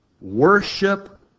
worship